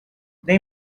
they